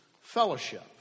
fellowship